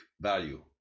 value